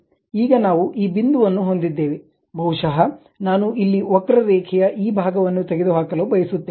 ಈಗ ನಾವು ಈ ಬಿಂದುವನ್ನು ಹೊಂದಿದ್ದೇವೆ ಬಹುಶಃ ನಾನು ಇಲ್ಲಿ ವಕ್ರರೇಖೆಯ ಈ ಭಾಗವನ್ನು ತೆಗೆದುಹಾಕಲು ಬಯಸುತ್ತೇನೆ